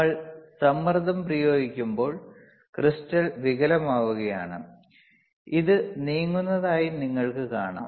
നമ്മൾ സമ്മർദ്ദം പ്രയോഗിക്കുമ്പോൾ ക്രിസ്റ്റൽ വികലമാവുകയാണ് ഇത് നീങ്ങുന്നതായി നിങ്ങൾക്ക് കാണാം